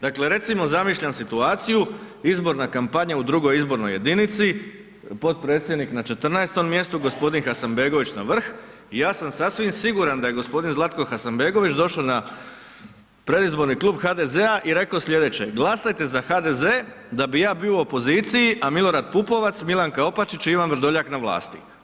Dakle, recimo zamišljam situaciju, izborna kampanja u 2.izbornoj jedinici, potpredsjednik na 14. mjestu, gospodin Hasanbegović na vrh i ja sam sasvim siguran da je gospodin Zlatko Hasanbegović došao na predizborni Klub HDZ-a i rekao sljedeće, glasajte za HDZ da bi ja bio u opoziciji, a Milorad Pupovac, Milanka Opačić i Ivan Vrdoljak na vlasti.